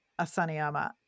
asaniyama